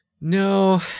No